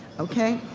okay.